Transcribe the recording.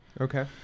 Okay